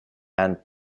and